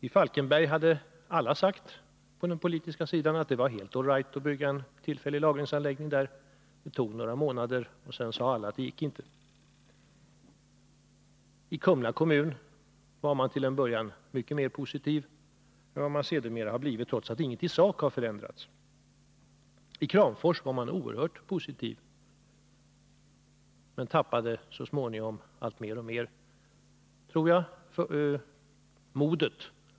I Falkenberg hade alla på den politiska sidan sagt att det var helt all right att där bygga en tillfällig lagringsanläggning. Det tog några månader, sedan sade alla att det inte gick. I Kumla kommun var man till en början mycket mer positiv än vad man sedermera har blivit, trots att ingenting i sak har förändrats. I Kramfors var man oerhört positiv, men tappade så småningom alltmer modet.